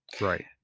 right